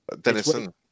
Denison